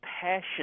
passion